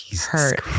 hurt